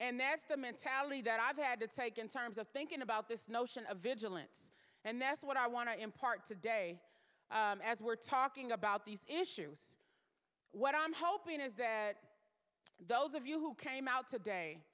and that's the mentality that i've had to take in terms of thinking about this notion of vigilance and that's what i want to impart today as we're talking about these issues what i'm hoping is that those of you who came out today